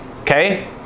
Okay